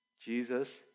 Jesus